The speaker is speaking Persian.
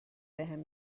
بهم